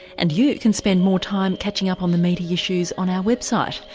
and you can spend more time catching up on the meaty issues on our website,